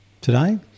today